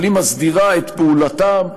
היא מסדירה את פעולתם,